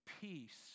peace